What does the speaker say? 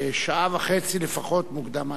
שעה וחצי לפחות מוקדם מהצפוי.